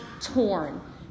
torn